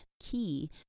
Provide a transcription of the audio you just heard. key